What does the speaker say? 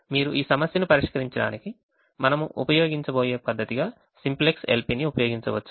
మీరు ఈ సమస్యను పరిష్కరించడానికి మనము ఉపయోగించబోయే పద్ధతిగా సింప్లెక్స్ LP ని ఉపయోగించవచ్చు